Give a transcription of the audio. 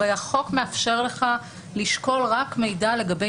הרי החוק מאפשר לך לשקול רק מידע לגבי